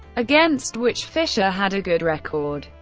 against which fischer had a good record.